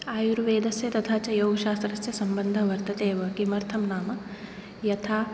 आयुर्वेदस्य तथा च योगशास्त्रस्य सम्बन्धः वर्तते एव किमर्थं नाम यथा